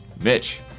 Mitch